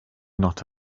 not